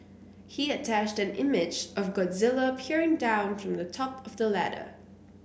he attached an image of Godzilla peering down from the top of the ladder